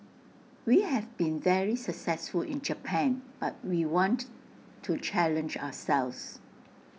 we have been very successful in Japan but we want to challenge ourselves